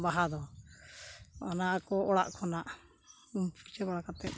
ᱵᱟᱦᱟ ᱫᱚ ᱚᱱᱟ ᱠᱚ ᱚᱲᱟᱜ ᱠᱷᱚᱱᱟᱜ ᱩᱢ ᱯᱷᱟᱨᱪᱟ ᱵᱟᱲᱟ ᱠᱟᱛᱮᱫ